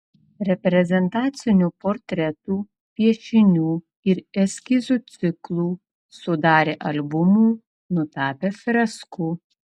reprezentacinių portretų piešinių ir eskizų ciklų sudarė albumų nutapė freskų